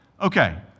Okay